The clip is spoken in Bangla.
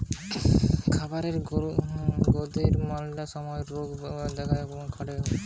খামারের গরুদের ম্যালা সময় রোগবালাই দেখা যাতিছে যেমন পেটখারাপ ইত্যাদি